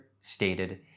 stated